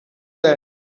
that